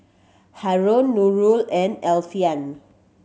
Haron Nurul and Alfian